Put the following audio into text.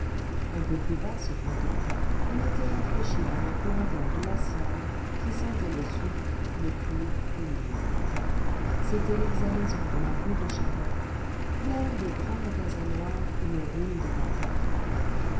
un peu plus bas cependant on était rafraîchi par un courant d'air glacial qui sentait le suif le cuir et l'huile c'était l'exhalaison de la rue des charrettes pleine de grands magasins noirs où l'on roule des barriques